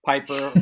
Piper